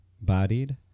bodied